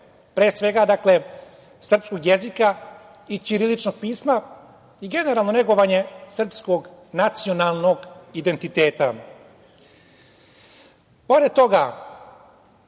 pre svega srpskog jezika i ćiriličnog pisma i generalno negovanje srpskog nacionalnog identiteta. Pored toga